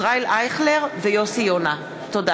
ישראל אייכלר ויוסי יונה בנושא: הצפיפות בכיתות הלימוד,